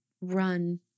run